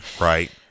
Right